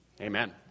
Amen